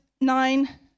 nine